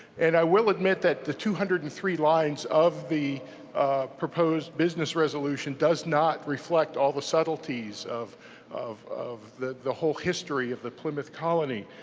and i will admit that the two hundred and three lines of the proposed business resolution does not reflect all the subtletys of of the the whole history of the plymouth colony,